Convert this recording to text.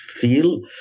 feel